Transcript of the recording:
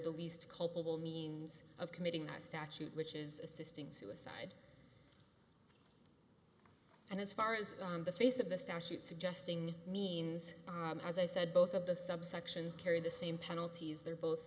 the least culpable means of committing a statute which is assisting suicide and as far as on the face of the statute suggesting means as i said both of those subsections carry the same penalties they're both